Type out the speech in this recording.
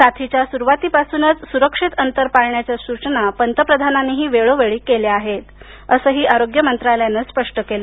साथीच्या सुरूवातीपासूनच सुरक्षित अंतर पाळण्याच्या सूचना पंतप्रधानांनीही वेळोवेळी केल्या आहेत असं आरोग्य मंत्रालयानं स्पष्ट केलं